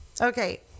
Okay